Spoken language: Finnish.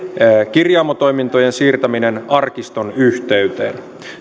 kirjaamotoimintojen siirtäminen arkiston yhteyteen